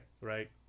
right